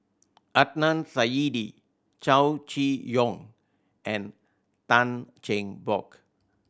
Adnan Saidi Chow Chee Yong and Tan Cheng Bock